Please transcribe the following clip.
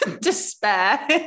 despair